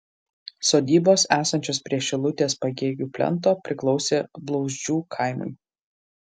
sodybos esančios prie šilutės pagėgių plento priklausė blauzdžių kaimui